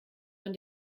man